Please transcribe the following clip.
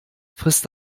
frisst